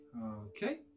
Okay